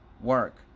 work